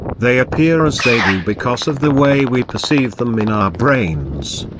they appear as they do because of the way we perceive them in our brains.